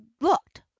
looked